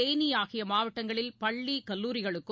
தேனிஆகியமாவட்டங்களில் பள்ளி கல்லூரிகளுக்கும்